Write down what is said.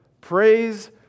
Praise